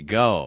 go